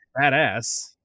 badass